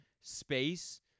space